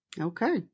Okay